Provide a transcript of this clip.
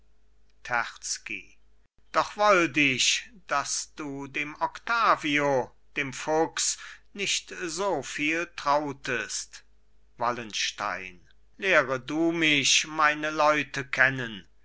doch wollt ich daß du dem octavio dem fuchs nicht so viel trautest wallenstein lehre du mich meine leute kennen